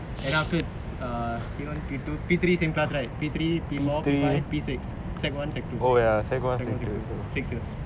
and afterwards err P one P two P three same class right P three P four P five P six secondary one secondary two secondary one secondary six years